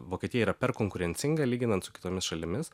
vokietija yra per konkurencinga lyginant su kitomis šalimis